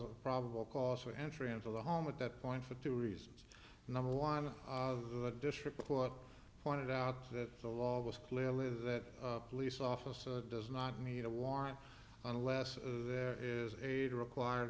a probable cause for entry into the home at that point for two reasons number one of the district court pointed out that the law was clearly that police officer does not need a warrant unless there is aid required